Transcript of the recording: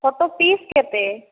photo fees କେତେ